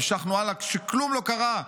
והמשכנו הלאה כשכלום לא קרה.